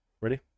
Ready